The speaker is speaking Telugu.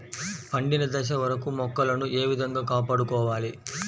పండిన దశ వరకు మొక్కలను ఏ విధంగా కాపాడుకోవాలి?